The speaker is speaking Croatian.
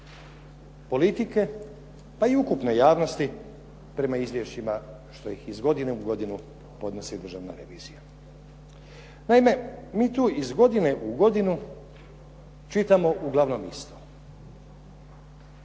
politike pa i ukupne javnosti prema izvješćima što ih godine u godinu podnosi Državna revizija. Naime, mi tu iz godine u godinu čitamo uglavnom isto.